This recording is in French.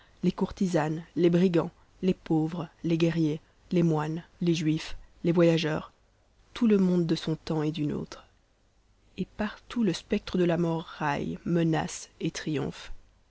les courtisanes les brigands les pauvres les guerriers les moines les juifs les voyageurs tout le monde de son temps et du nôtre et partout le spectre de la mort raille menace et triomphe